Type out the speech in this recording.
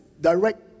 direct